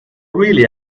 really